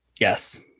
Yes